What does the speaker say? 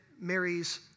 Mary's